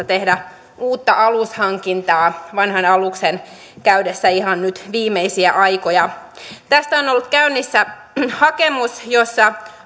tehdä uutta alushankintaa vanhan aluksen käydessä ihan nyt viimeisiä aikoja tästä on ollut käynnissä hakemus jossa